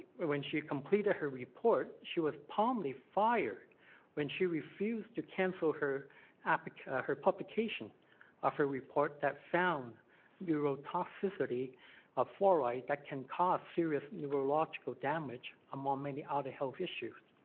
when she completed her report she was promptly fired when she refused to cancel her and her publication of her report that found neurotoxicity of fluoride that can cause serious neurological damage among many other health issues.